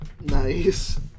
Nice